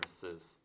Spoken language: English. services